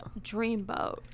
dreamboat